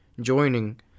Joining